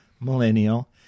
millennial